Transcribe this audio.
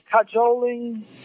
cajoling